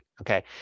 Okay